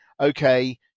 okay